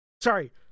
Sorry